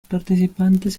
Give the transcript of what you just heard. participantes